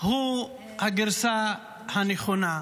הוא הגרסה הנכונה.